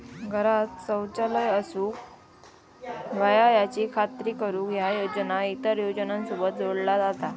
घरांत शौचालय असूक व्हया याची खात्री करुक ह्या योजना इतर योजनांसोबत जोडला जाता